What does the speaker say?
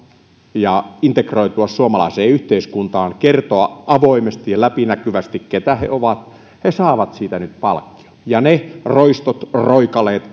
ja integroitua suomalaiseen yhteiskuntaan ja kertoa avoimesti ja läpinäkyvästi keitä he ovat saavat siitä palkkion ja ne roistot roikaleet